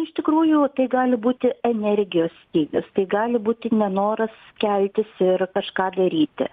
iš tikrųjų gali būti energijos stygius tai gali būti nenoras keltis ir kažką daryti